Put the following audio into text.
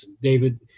David